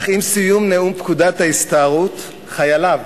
אך עם סיום נאום פקודת ההסתערות חייליו,